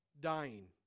dying